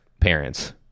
parents